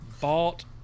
bought